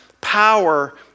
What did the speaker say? power